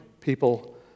people